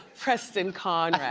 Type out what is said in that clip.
preston konrad.